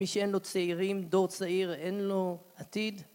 מי שאין לו צעירים, דור צעיר, אין לו עתיד.